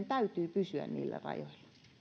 täytyy pysyä rajoilla tämä